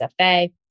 SFA